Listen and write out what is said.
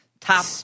Top